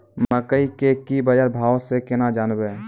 मकई के की बाजार भाव से केना जानवे?